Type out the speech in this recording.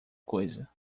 coisa